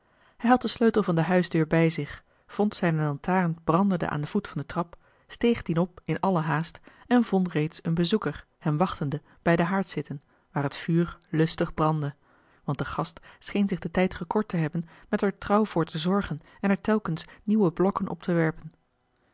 hij had den sleutel van de huisdeur bij zich vond zijne lantaarn brandende aan den voet van de trap steeg dien op in alle haast en vond reeds een bezoeker hem wachtende bij den haard zitten waar het vuur lustig brandde want de gast scheen zich den tijd gekort te hebben met er trouw voor te zorgen en er telkens nieuwe blokken op te werpen